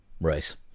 race